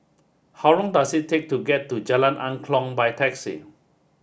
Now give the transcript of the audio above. how long does it take to get to Jalan Angklong by taxi